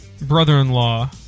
brother-in-law